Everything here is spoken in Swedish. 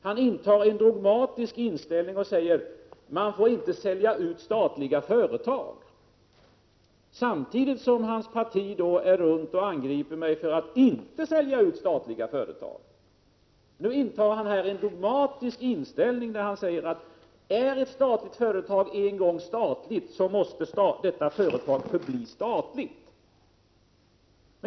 Han intar en dogmatisk inställning och säger: man får inte sälja ut statliga företag — samtidigt som hans parti far runt och angriper mig för att jag inte säljer ut statliga företag! Hans dogmatiska inställning är att är ett statligt företag en gång statligt, så måste detta företag förbli statligt.